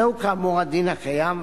זהו כאמור הדין הקיים,